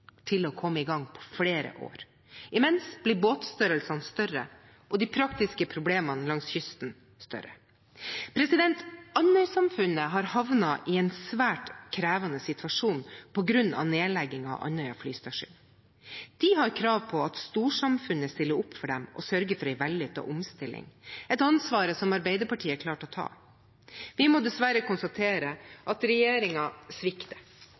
til å komme i gang på flere år. Imens blir båtene større, og de praktiske problemene langs kysten blir større. Andøy-samfunnet har havnet i en svært krevende situasjon på grunn av nedleggingen av Andøya flystasjon. De har krav på at storsamfunnet stiller opp for dem og sørger for en vellykket omstilling, et ansvar som Arbeiderpartiet er klar til å ta. Vi må dessverre konstatere at regjeringen svikter.